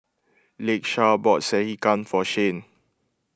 Lakesha bought Sekihan for Shane